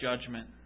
judgment